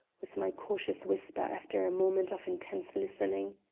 was my cautious whisper after a moment of intense listening.